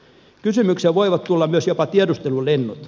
kysymykseen voivat tulla myös jopa tiedustelulennot